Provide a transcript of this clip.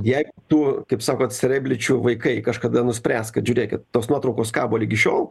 jei tu kaip sakot serebličių vaikai kažkada nuspręs kad žiūrėkit tos nuotraukos kabo ligi šiol